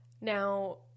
Now